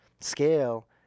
scale